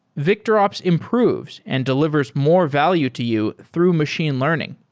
victorops improves and delivers more value to you through machine learning.